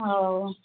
ହଉ